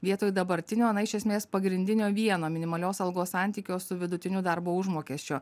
vietoj dabartinio na iš esmės pagrindinio vieno minimalios algos santykio su vidutiniu darbo užmokesčiu